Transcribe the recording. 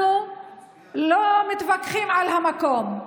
אנחנו לא מתווכחים על המקום,